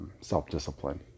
self-discipline